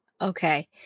Okay